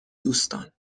دوستان